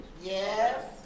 Yes